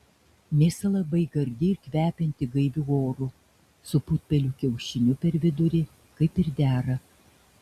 mėsa labai gardi ir kvepianti gaiviu oru su putpelių kiaušiniu per vidurį kaip ir dera